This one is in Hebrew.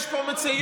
יש פה מציאות.